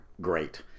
great